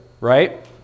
right